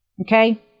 Okay